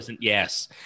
yes